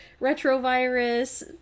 retrovirus